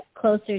closer